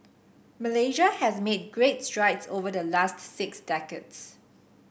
Malaysia has made greats strides over the last six decades